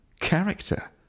character